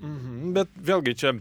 uhu bet vėlgi čia